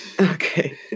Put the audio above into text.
okay